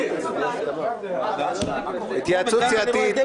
התייעצות סיעתית.